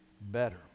better